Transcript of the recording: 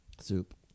Soup